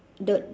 the